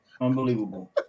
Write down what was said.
Unbelievable